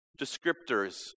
descriptors